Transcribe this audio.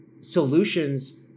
solutions